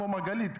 כמו מרגלית,